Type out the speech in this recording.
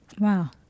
Wow